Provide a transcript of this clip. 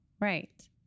Right